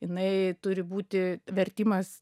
jinai turi būti vertimas